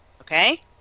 okay